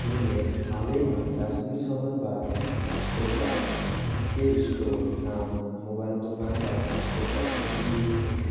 मैले हालैमा दार्जिलिङ सहरबाट एउटा बिके स्टोर नामक मोबाइल दोकानबाट एउटा फोन लिएको छु